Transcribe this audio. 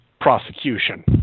prosecution